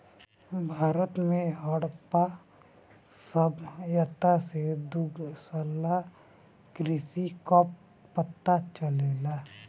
भारत में हड़प्पा सभ्यता से दुग्धशाला कृषि कअ पता चलेला